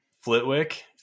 Flitwick